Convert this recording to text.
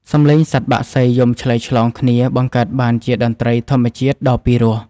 សំឡេងសត្វបក្សីយំឆ្លើយឆ្លងគ្នា បង្កើតបានជាតន្ត្រីធម្មជាតិដ៏ពីរោះ។